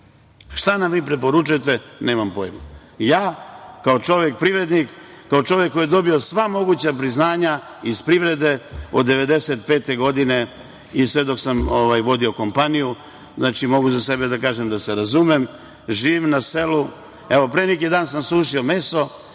šta nam vi preporučujete – nemam pojma. Ja, kao čovek privrednik, kao čovek koji je dobio sva moguća priznanja iz privrede od 1995. godine i sve dok sam vodio kompaniju, znači mogu za sebe da kažem da se razumem, živim na selu. Evo, pre neki dan sam sušio meso